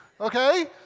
Okay